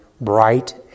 bright